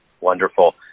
Wonderful